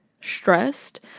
stressed